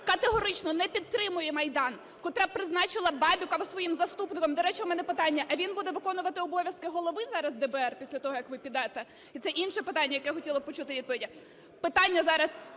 категорично не підтримує Майдан, котра призначила Бабікова своїм заступником. До речі, у мене питання: а він буде виконувати обов'язки голови зараз ДБР, після того, як ви підете? І це інше питання, на яке я хотіла почути відповіді. Питання зараз